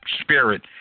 spirit